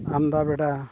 ᱟᱱᱫᱟᱵᱮᱰᱟ